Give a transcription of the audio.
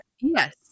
Yes